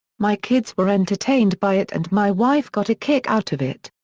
my kids were entertained by it and my wife got a kick out of it.